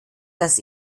das